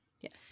yes